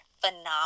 phenomenal